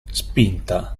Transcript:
spinta